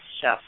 chef